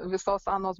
visos anos